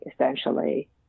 essentially